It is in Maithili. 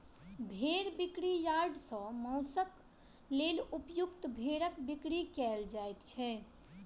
भेंड़ बिक्री यार्ड सॅ मौंसक लेल उपयुक्त भेंड़क बिक्री कयल जाइत छै